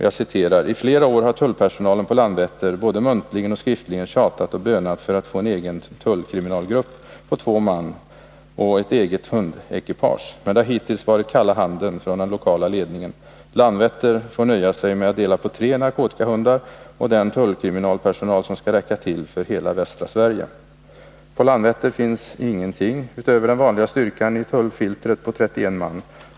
Jag citerar: ”TI flera år har tullpersonalen på Landvetter både muntligen och skriftligen tjatat och bönat för att få en egen tullkriminalgrupp på två man och ett eget hundekipage. Men det har hittills varit kalla handen från den lokala ledningen. Landvetter får nöja sig med att dela på de tre narkotikahundar och den tullkrimpersonal som ska räcka till för hela västra Sverige. ——- På Landvetter finns ingenting utöver den vanliga styrkan i tullfiltret på 31 man.